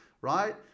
right